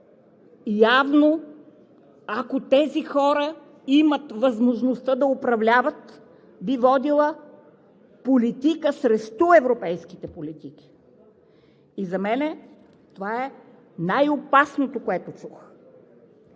явно ако тези хора имат възможността да управляват, биха водили политика срещу европейските политики. За мен това е най-опасното, което чух!